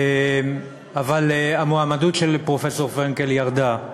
אבל המועמדות של פרופסור פרנקל ירדה.